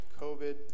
COVID